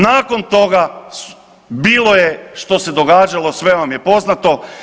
Nakon toga su bilo je što se događalo sve vam je poznato.